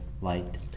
light